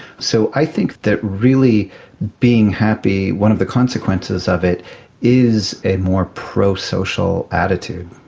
so i think that really being happy, one of the consequences of it is a more pro-social attitude.